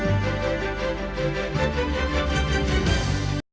Дякую,